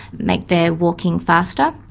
make their walking faster,